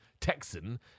Texan